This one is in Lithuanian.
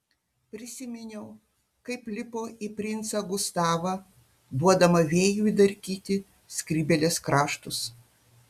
prisiminiau kaip lipo į princą gustavą duodama vėjui darkyti skrybėlės kraštus